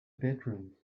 bedroom